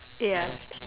ya